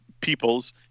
peoples